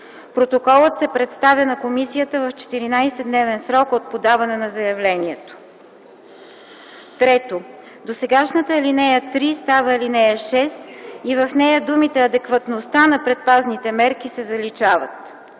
Протоколът се представя на комисията в 14 дневен срок от подаване на заявлението.” 3. Досегашната ал. 3 става ал. 6 и в нея думите „адекватността на предпазните мерки” се заличават.